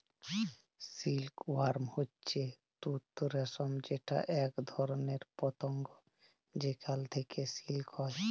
silk worm হচ্যে তুত রেশম যেটা এক ধরণের পতঙ্গ যেখাল থেক্যে সিল্ক হ্যয়